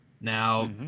Now